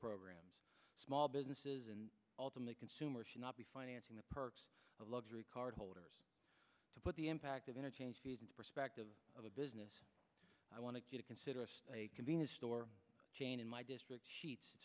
programs small businesses and ultimate consumers should not be financing the perks of luxury card holders to put the impact of interchange fees into perspective of a business i want to consider a convenience store chain in my district sheet